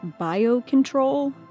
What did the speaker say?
biocontrol